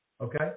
okay